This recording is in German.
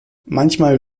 manchmal